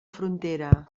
frontera